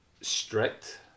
strict